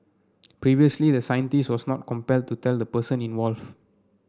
previously the scientist was not compelled to tell the person involve